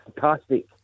Fantastic